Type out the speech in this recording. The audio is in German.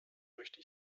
möchte